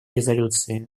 резолюции